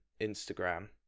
Instagram